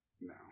No